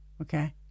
Okay